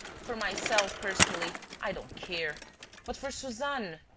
for myself, personally, i don't care but for suzanne!